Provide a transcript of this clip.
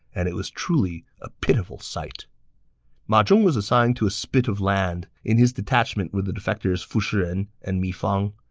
and it was a truly ah pitiful sight ma zhong was assigned to a spit of land. in his detachment were the defectors fu shiren and mi fang.